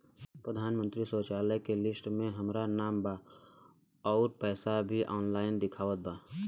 प्रधानमंत्री शौचालय के लिस्ट में हमार नाम बा अउर पैसा भी ऑनलाइन दिखावत बा